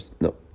no